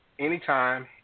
anytime